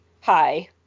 hi